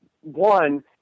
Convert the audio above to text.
one